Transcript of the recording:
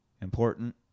important